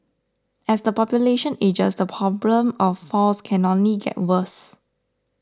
as the population ages the problem of falls can only get worse